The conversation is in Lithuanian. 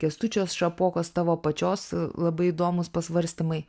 kęstučio šapokos tavo pačios labai įdomūs pasvarstymai